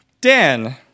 Dan